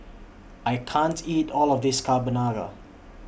I can't eat All of This Carbonara